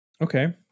Okay